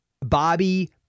Bobby